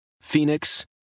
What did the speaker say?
Phoenix